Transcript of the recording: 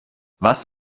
was